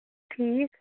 ٹھیٖک